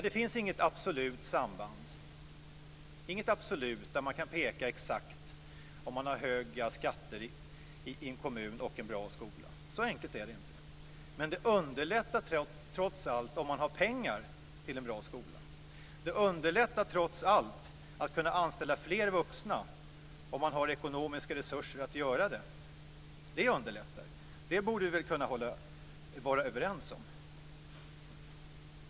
Det finns inget absolut samband mellan höga skatter i en kommun och en bra skola. Så enkelt är det inte. Men det underlättar, trots allt, om det finns pengar till en bra skola. Det underlättar, trots allt, att kunna anställa fler vuxna om det finns ekonomiska resurser att göra det. Det borde vi vara överens om.